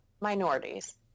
minorities